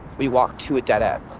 we walked to a dead end